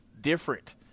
different